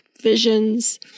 visions